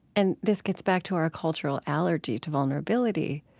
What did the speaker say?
and this gets back to our cultural allergy to vulnerability,